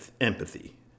empathy